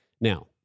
Now